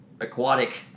aquatic